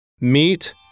meet